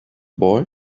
boy